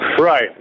Right